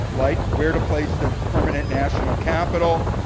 like where to place the permanent national capital,